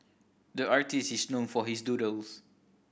the artist is known for his doodles